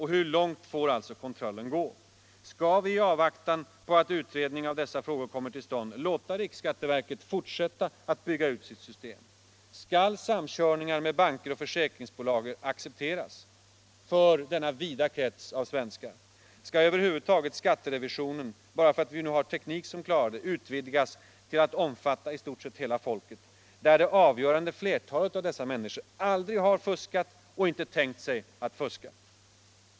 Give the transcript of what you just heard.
Hur långt får alltså kontrollen gå? Skall vi i avvaktan på en utredning av dessa frågor låta riksskatteverket fortsätta att bygga ut sitt system? Skall samkörningar med banker och försäkringsbolag accepteras för denna vida krets av svenskar? Skall över huvud taget skatterevisionen — bara för att vi nu har teknik som klarar det — utvidgas till att omfatta i stort sett hela folket, där det avgörande flertalet av dessa människor aldrig har fuskat eller tänkt sig fuska?